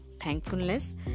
Thankfulness